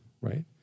right